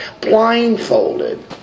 blindfolded